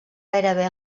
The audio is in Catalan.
gairebé